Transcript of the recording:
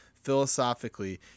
philosophically